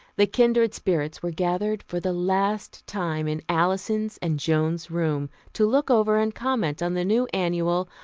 the kindred spirits were gathered for the last time in alison's and joan's room, to look over and comment on the new annual,